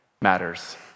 matters